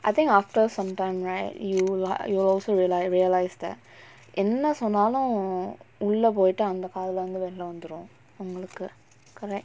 I think after some time right you like you also like realise that என்ன சொன்னாலும் உள்ள போய்ட்டு அந்த காதுல வந்து வெளில வந்துரும் ஒங்களுக்கு:enna sonnalum ulla poittu antha kaathula vanthu velila vanthurum ongalukku correct